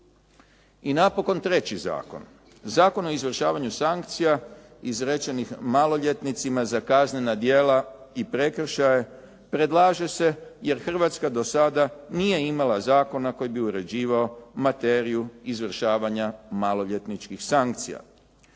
I napokon treći zakon, Zakon o izvršavanju sankcija izrečenih maloljetnicima za kaznena djela i prekršaje predlaže se jer Hrvatska do sada nije imala zakona koji bi uređivao materiju izvršavanja maloljetničkih sankcija.